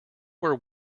were